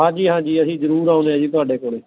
ਹਾਂਜੀ ਹਾਂਜੀ ਅਸੀਂ ਜਰੂਰ ਆਉਂਦੇ ਹਾਂ ਜੀ ਤੁਹਾਡੇ ਕੋਲ